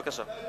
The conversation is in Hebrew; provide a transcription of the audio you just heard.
בבקשה.